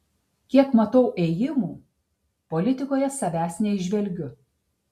kiek matau ėjimų politikoje savęs neįžvelgiu